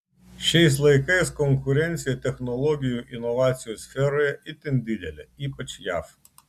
šiais laikais konkurencija technologijų inovacijų sferoje itin didelė ypač jav